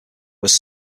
was